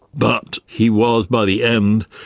but he was, by the end,